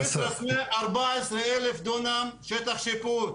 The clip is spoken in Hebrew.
כסרא סמיע, ארבע עשרה אלף דונם שטח שיפוט.